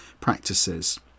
practices